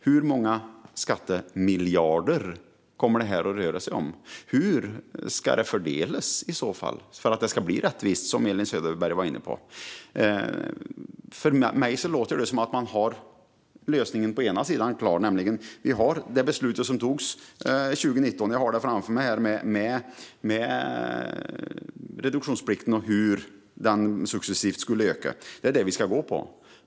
Hur många skattemiljarder kommer det att röra sig om? Hur ska det i så fall fördelas för att det ska bli rättvist, som Elin Söderberg var inne på? För mig låter det som att man har lösningen på den ena sidan klar. Vi har det beslut som togs 2019 - jag har det framför mig här - med reduktionsplikten och hur den successivt skulle öka. Det är det vi ska gå på.